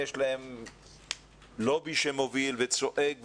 יש להם לובי שמוביל וצועק ורץ.